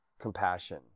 compassion